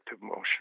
motion